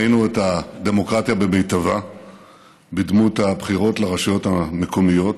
ראינו את הדמוקרטיה במיטבה בדמות הבחירות לרשויות המקומיות,